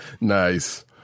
Nice